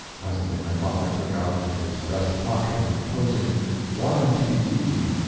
presently my father took out of his breast pocket an imposing warranty deed,